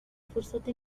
فرصة